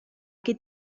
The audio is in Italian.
che